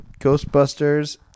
Ghostbusters